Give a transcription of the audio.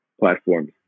platforms